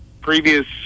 previous